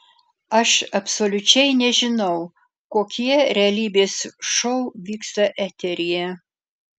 aš absoliučiai nežinau kokie realybės šou vyksta eteryje